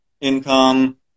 income